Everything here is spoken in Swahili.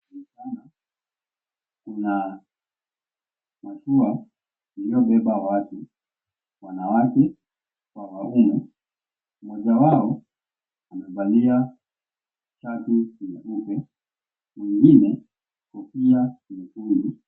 Kuna mashua iliyobeba watu, wanawake kwa waume, mmoja wao amevalia shati nyeupe, mwengine kofia nyekundu.